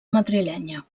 madrilenya